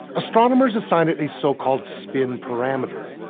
astronomers assign it a so-called spin parameter.